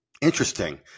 interesting